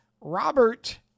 Robert